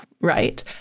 right